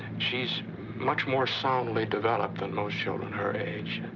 she's much more soundly developed than most children her age.